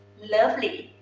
lovely.